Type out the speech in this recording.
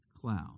cloud